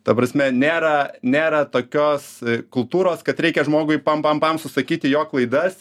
ta prasme nėra nėra tokios kultūros kad reikia žmogui pam pam pam susakyti jo klaidas